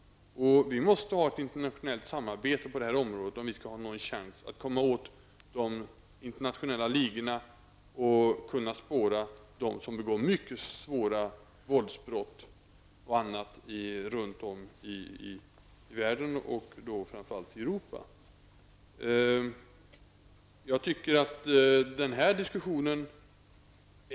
Skall vi ha någon chans att komma åt de internationella ligorna och spåra dem som begår mycket svåra våldsbrott runt om i världen och då framför allt i Europa, måste vi ha ett internationellt samarbete.